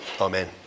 Amen